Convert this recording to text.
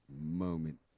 moment